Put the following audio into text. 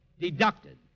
deducted